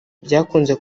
byakunze